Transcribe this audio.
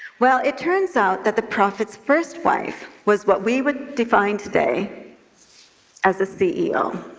well, it turns out that the prophet's first wife was what we would define today as a ceo.